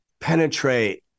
penetrate